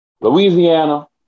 Louisiana